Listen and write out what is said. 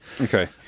okay